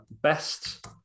best